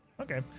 Okay